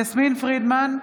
(קוראת בשמות חברי הכנסת) יסמין פרידמן,